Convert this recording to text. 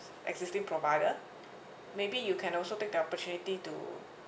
existing provider maybe you can also take the opportunity to